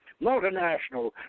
multinational